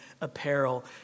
apparel